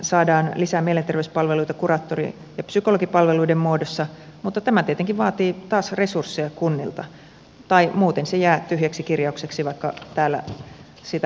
saadaan lisää mielenterveyspalveluita kuraattori ja psykologipalveluiden muodossa mutta tämä tietenkin vaatii taas resursseja kunnilta tai muuten se jää tyhjäksi kirjaukseksi vaikka täällä siitä ratkaisut saatiinkin